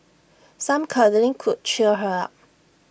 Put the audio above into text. some cuddling could cheer her up